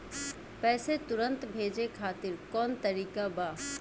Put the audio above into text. पैसे तुरंत भेजे खातिर कौन तरीका बा?